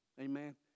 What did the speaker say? Amen